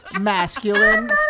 masculine